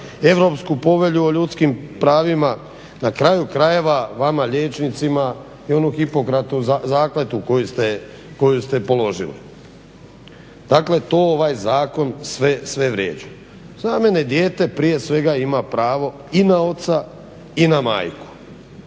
Europsku povelju o ljudskim pravima, na kraju krajeva vama liječnicima i onu Hipokratovu zakletvu koju ste položili. Dakle to ovaj zakon sve vrijeđa. Za mene dijete prije svega ima pravo i na oca i na majku